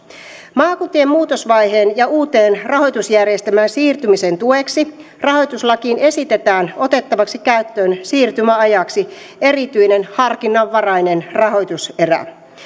maakuntien muutosvaiheen ja uuteen rahoitusjärjestelmään siirtymisen tueksi rahoituslakiin esitetään otettavaksi käyttöön siirtymäajaksi erityinen harkinnanvarainen rahoitus erä